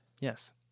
Yes